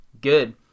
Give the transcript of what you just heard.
good